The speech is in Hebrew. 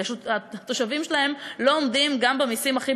כי התושבים שלהן לא עומדים גם במסים הכי